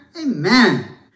amen